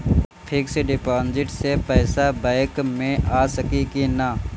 Fix deposit से पैसा bank मे आ सकी कि ना?